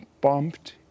bumped